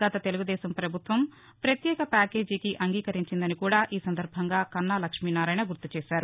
గత తెలుగుదేశం పభుత్వం పత్యేక ప్యాకేజికి అంగీకరించిందని కూడా ఈ సందర్భంగా కన్నా లక్ష్మీనారాయణ గుర్తు చేశారు